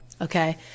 Okay